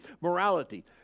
morality